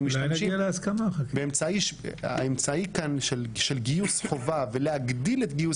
אתם משתמשים כאן באמצעי של גיוס חובה ולהגדיל את גיוס